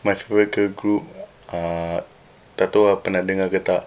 my favourite girl group uh tak tahu ah pernah dengar ke tak